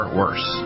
worse